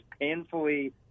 painfully